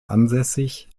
ansässig